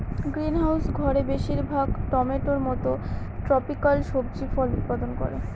greenhouse ঘরে বেশির ভাগ টমেটোর মত ট্রপিকাল সবজি ফল উৎপাদন করে